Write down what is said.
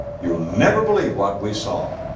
you'll never believe what we saw.